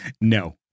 No